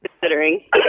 Considering